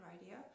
Radio